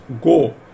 go